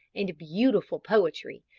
and beautiful poetry,